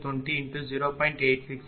1565